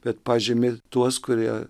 bet pažymi tuos kurie